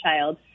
child